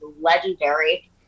legendary